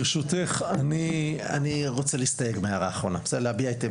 ברשותך, אני רוצה להסתייג מההערה האחרונה, בסדר?